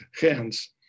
hands